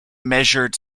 measured